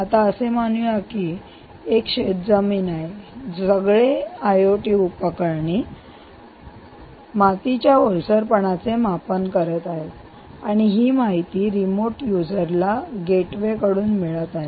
आता असे मानूया की एक शेतजमीन आहे सगळे आयओटी उपकरणे मातीच्या ओलसरपणाचे मापन करत आहेत आणि ही माहिती रिमोट युजरला गेटवे कडून मिळत आहे